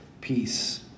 peace